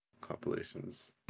compilations